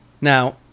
Now